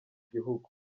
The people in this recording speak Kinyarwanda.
gihugu